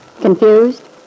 Confused